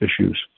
issues